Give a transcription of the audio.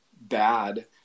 bad